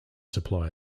supply